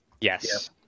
yes